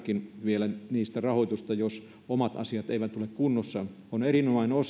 vielä niistä rahoitusta jos omat asiat eivät ole kunnossa on erinomainen